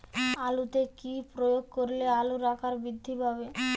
আলুতে কি প্রয়োগ করলে আলুর আকার বৃদ্ধি পাবে?